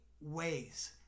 ways